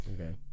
Okay